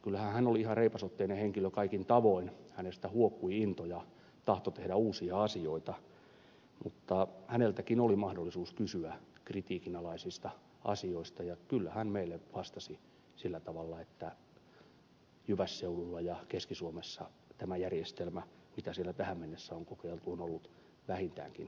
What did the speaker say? hän oli ihan reipasotteinen henkilö kaikin tavoin hänestä huokui into ja tahto tehdä uusia asioita mutta häneltäkin oli mahdollisuus kysyä kritiikinalaisista asioista ja kyllä hän meille vastasi sillä tavalla että jyvässeudulla ja keski suomessa tämä järjestelmä mitä siellä on tähän mennessä kokeiltu on ollut vähintäänkin kohtuullisen toimiva